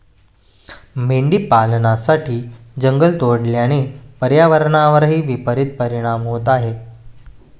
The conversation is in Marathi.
मेंढी पालनासाठी जंगल तोडल्याने पर्यावरणावरही विपरित परिणाम होत आहे